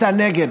אתה נגד.